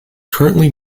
currently